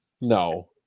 No